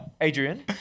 Adrian